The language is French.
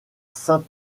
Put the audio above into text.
sainte